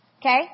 okay